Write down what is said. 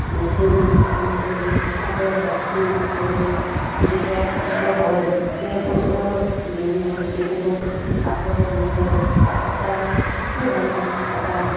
মেচিনৰ কাম কৰি চাদৰ গাঁঠনি কৰি যেনেকুৱা কষ্ট হয় সেই কষ্টৰ বিনিময়ত যদি মোক আগুৱাই লৈ যায় তাত তাত সুখী এটা